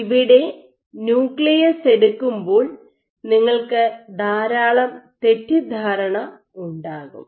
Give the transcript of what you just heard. ഇവിടെ ന്യൂക്ലിയസ് എടുക്കുമ്പോൾ നിങ്ങൾക്ക് ധാരാളം തെറ്റിദ്ധാരണ ഉണ്ടാകും